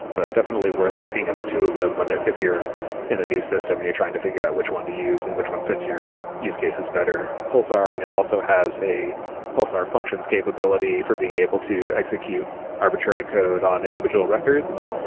but definitely worth looking at the two of them ah if you're in a new system and you're trying to figure out which one to use in which one fits your use cases better. pulsar, i know also has a pulsar functions capability for being able to execute arbitrary code on individual records.